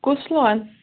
کُس چھُو حظ